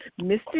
Mr